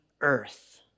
earth